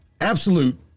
absolute